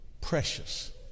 precious